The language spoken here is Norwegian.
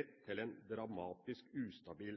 kunne føre til en dramatisk, ustabil